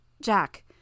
Jack